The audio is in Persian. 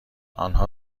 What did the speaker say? آنها